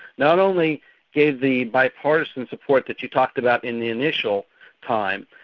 not only gave the bipartisan support that you talked about in the initial time,